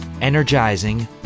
energizing